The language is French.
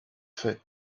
fait